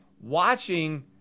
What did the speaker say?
watching